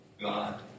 God